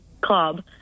club